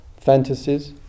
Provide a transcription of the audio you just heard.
Fantasies